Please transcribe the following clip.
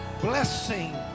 blessing